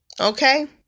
Okay